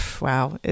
wow